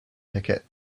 ticket